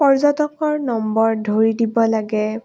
পৰ্যটকৰ নম্বৰ ধৰি দিব লাগে